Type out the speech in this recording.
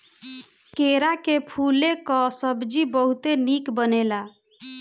केरा के फूले कअ सब्जी बहुते निक बनेला